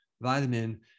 vitamin